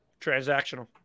Transactional